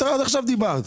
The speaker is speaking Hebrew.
את עד עכשיו דיברת.